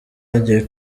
bagiye